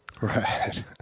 Right